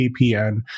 VPN